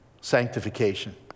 sanctification